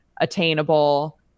attainable